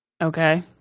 Okay